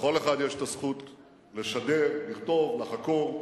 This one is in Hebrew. לכל אחד יש הזכות לשדר, לכתוב, לחקור.